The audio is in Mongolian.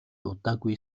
удаагүй